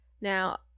now